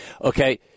Okay